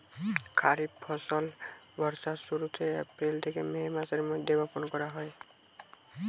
খরিফ ফসল বর্ষার শুরুতে, এপ্রিল থেকে মে মাসের মধ্যে বপন করা হয়